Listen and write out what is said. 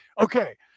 Okay